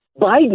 Biden